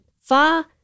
Fa